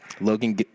logan